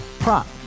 Prop